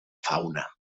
fauna